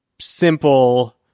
simple